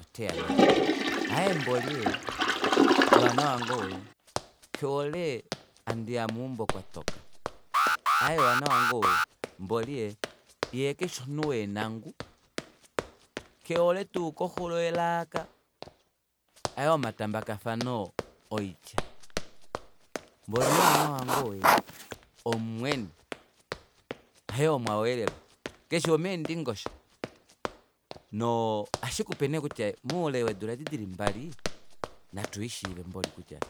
Oteya nawa aaye mboli ee johanna wange ou kehole handiya meumbo kwatoka aaye mboli johanna wange ou kefi omunhu weenangu kehole tuu koxulo yelaka haye womatambakafano oiti mboli johanna wange ou omumweni haye womaweelelo keshi womeendingosho noo ohashikupe nee kutya moule weedula edi dili mbali natwiishiive mboli kutya